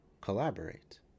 collaborate